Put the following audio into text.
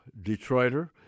Detroiter